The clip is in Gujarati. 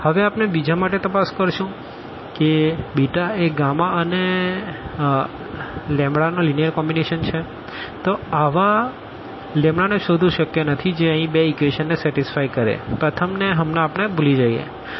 હવે આપણે બીજા માટે તપાસ કરશું કે એ અને નો લીનીઅર કોમ્બીનેશન છે 0 1 3 12 1 1 24 2 2 તો આવા ને શોધવું શક્ય નથી જે અહી બે ઇક્વેશન ને સેટીસફાઈ કરે પ્રથમ ને હમણાં આપણે ભૂલી જઈએ